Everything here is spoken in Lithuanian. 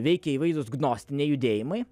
veikia įvairūs gnostiniai judėjimai